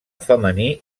femení